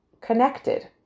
connected